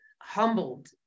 humbled